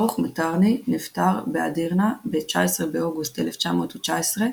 ברוך מטראני נפטר באדירנה ב-19 באוגוסט 1919,